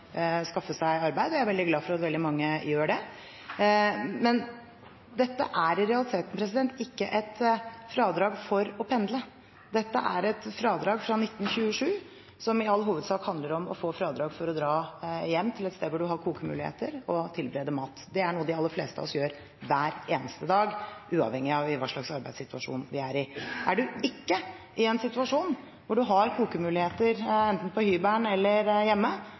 skaffe seg arbeid. Jeg er veldig glad for at veldig mange gjør det. Men dette er i realiteten ikke et fradrag for å pendle. Dette er et fradrag fra 1927, og det handler i all hovedsak om å få fradrag for å dra hjem til et sted der en har kokemuligheter og tilbereder mat. Det er noe de aller fleste av oss gjør hver eneste dag, uavhengig av hva slags arbeidssituasjon vi er i. Er en ikke i en situasjon hvor en har kokemuligheter, enten på hybelen eller hjemme,